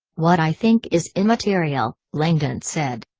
what i think is immaterial, langdon said.